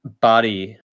body